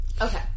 Okay